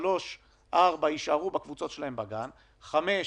שלוש, ארבע יישארו בקבוצות שלהם בגן וגילאי חמש